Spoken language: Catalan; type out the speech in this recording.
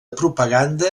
propaganda